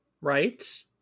right